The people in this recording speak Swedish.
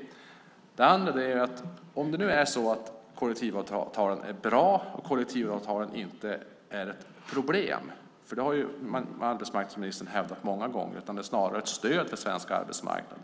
Arbetsmarknadsministern har många gånger hävdat att kollektivavtalen är bra och inte ett problem. De är snarare ett stöd för svensk arbetsmarknad.